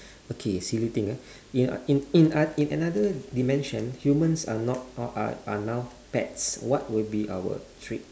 okay silly thing ah in in in a~ in another dimension humans are not not are are now pets what will be our trait